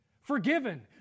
forgiven